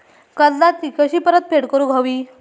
कर्जाची कशी परतफेड करूक हवी?